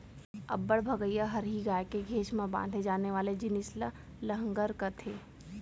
अब्बड़ भगइया हरही गाय के घेंच म बांधे जाने वाले जिनिस ल लहँगर कथें